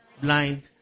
blind